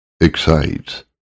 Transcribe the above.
excites